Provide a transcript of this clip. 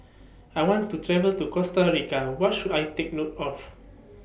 I want to travel to Costa Rica What should I Take note of